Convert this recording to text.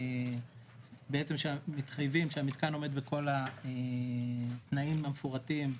שאנחנו מתחייבים שהמתקן עומד בכל התנאים המפורטים שהקראנו,